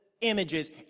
images